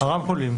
לרמקולים?